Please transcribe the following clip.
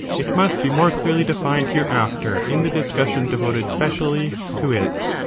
it must be more clearly defined hereafter in the discussion devoted specially to it